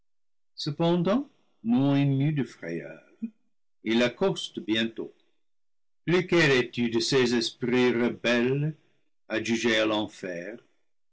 cependant non émus de frayeur ils l'accostent bientôt lequel es-tu de ces esprits rebelles adjugés à l'enfer